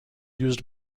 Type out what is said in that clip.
used